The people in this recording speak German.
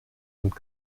und